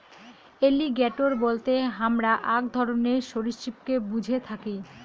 alligator বলতে হামরা আক ধরণের সরীসৃপকে বুঝে থাকি